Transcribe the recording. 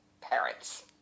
parents